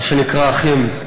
מה שנקרא "אחים".